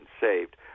saved